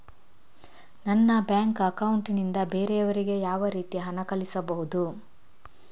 ನನ್ನ bank account ನಿಂದ ಬೇರೆಯವರಿಗೆ ಯಾವ ರೀತಿ ಹಣ ಕಳಿಸಬಹುದು?